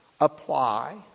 apply